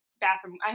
bathroom